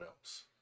else